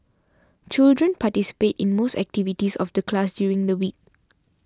children participate in most activities of the class during the week